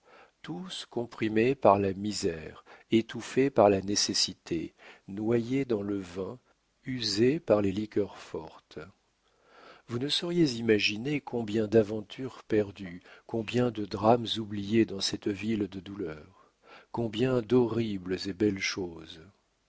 tous comprimés par la misère étouffés par la nécessité noyés dans le vin usés par les liqueurs fortes vous ne sauriez imaginer combien d'aventures perdues combien de drames oubliés dans cette ville de douleur combien d'horribles et belles choses